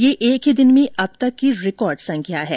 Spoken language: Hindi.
ये एक ही दिन में अब तक की रिकॉर्ड संख्या है